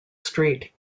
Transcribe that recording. street